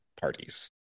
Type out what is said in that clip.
parties